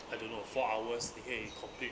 I don't know four hours 你可以 complete